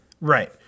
Right